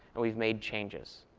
and we've made changes.